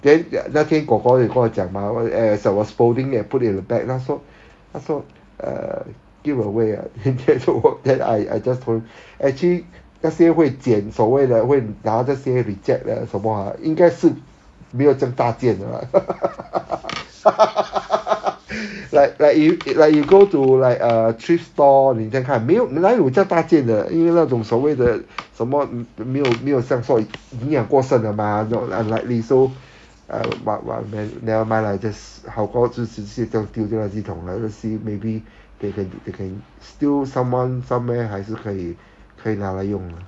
then 那天 kor kor 有跟我讲 mah as I was folding and put it back 他说他说 uh give away ah it didn't work then I I just told him actually 那些会捡所谓的会拿这些 reject 的什么 ah 应该是没有这样大件 lah like like you like you go to like a thrift store 你这样看没有哪里有这样大件的因为那种所谓的什么没有没有这样说营养过剩的 mah know unlikely so uh but but nevermind lah just 好过就直接这样丢进垃圾桶 lah you see maybe they can they can still someone somewhere 还是可以可以拿来用